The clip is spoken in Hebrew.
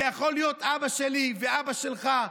זה יכול להיות אבא שלי ואבא שלך,